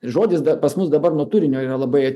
žodis da pas mus dabar nuo turinio yra labai